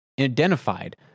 identified